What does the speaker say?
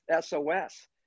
SOS